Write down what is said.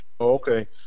Okay